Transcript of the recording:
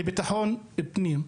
לביטחון הפנים,